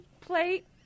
plate